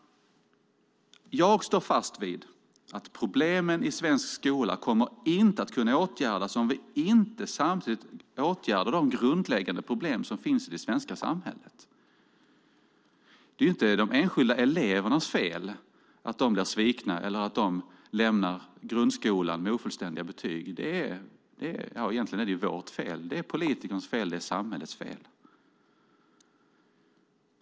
Jag står fast vid att problemen i svensk skola inte kommer att kunna åtgärdas om vi inte samtidigt åtgärdar de grundläggande problem som finns i det svenska samhället. Det är ju inte de enskilda elevernas fel att de blir svikna eller att de lämnar grundskolan med ofullständiga betyg. Egentligen är det vårt fel. Det är politikernas fel. Det är samhällets fel.